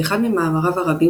באחד ממאמריו הרבים,